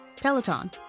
Peloton